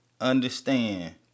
understand